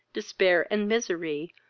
despair, and misery,